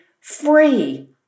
free